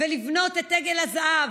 ולבנות את עגל הזהב,